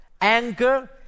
anger